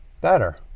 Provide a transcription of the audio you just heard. better